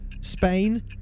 Spain